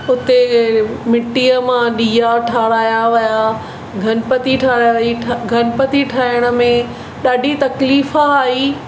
हुते मिटीअ मां ॾीआ ठाहिरायां विया गणपति ठाही वई ठ गणपति ठाहिण में ॾाढी तकलीफ़ आई